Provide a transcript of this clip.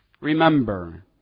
Remember